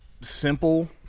simple